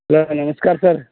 sir ನಮಸ್ಕಾರ sir